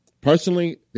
personally